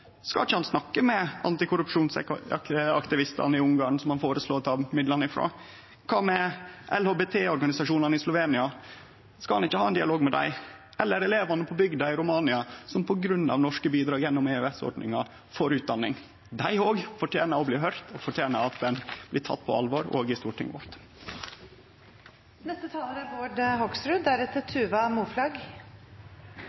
han ikkje snakke med antikorrupsjonsaktivistane i Ungarn som han føreslår å ta midlane frå? Kva med LHBT-organisasjonane i Slovenia? Skal han ikkje ha ein dialog med dei? Eller elevane på bygda i Romania som får utdanning pga. norske bidrag gjennom EØS-ordninga – dei fortener vel å bli høyrde og tekne på alvor, òg i Stortinget?